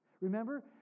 Remember